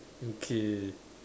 okay